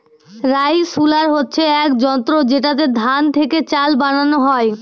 rice huller হচ্ছে এক যন্ত্র যেটাতে ধান থেকে চাল বানানো হয়